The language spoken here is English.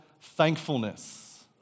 thankfulness